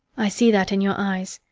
i see that in your eyes.